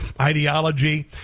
ideology